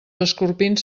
escorpins